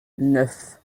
neuf